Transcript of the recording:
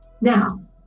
Now